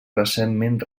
recentment